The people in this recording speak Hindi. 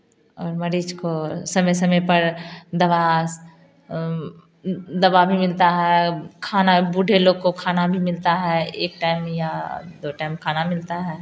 और मरीज को समय समय पर दवा दवा भी मिलता है खाना बूढ़े लोग को खाना भी मिलता है एक टाइम या दो टाइम खाना भी मिलता है